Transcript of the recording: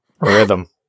Rhythm